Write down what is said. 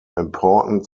important